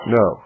no